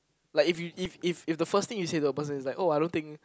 like if you if if if the first thing you say to a person is like oh I don't think